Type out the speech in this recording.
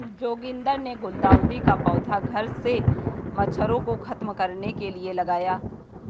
जोगिंदर ने गुलदाउदी का पौधा घर से मच्छरों को खत्म करने के लिए लगाया